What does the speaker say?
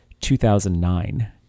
2009